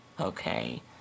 Okay